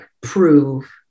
prove